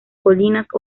colinas